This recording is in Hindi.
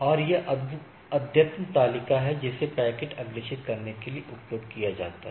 और यह अद्यतन तालिका है जिसे पैकेट अग्रेषित करने के लिए उपयोग किया जा सकता है